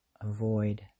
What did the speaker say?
avoid